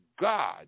God